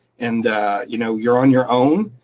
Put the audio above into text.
and you know you're on your own,